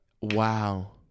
Wow